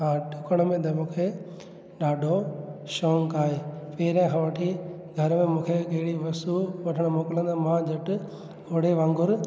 हा डुकण में त मूंखे ॾाढो शौक़ु आहे पहिरियां खां वठी घर में मूंखे कहिड़ी बि वस्तु वठणु मोकिलींदा मां झटि घोड़े वांगुरु